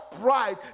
pride